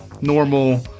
normal